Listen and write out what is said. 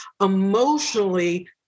emotionally